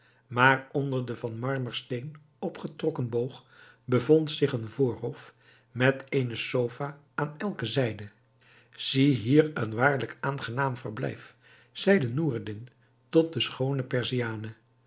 maar onder de van marmersteen opgetrokken boog bevond zich een voorhof met eene sofa aan elke zijde zie hier een waarlijk aangenaam verblijf zeide noureddin tot de schoone